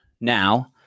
Now